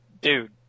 dude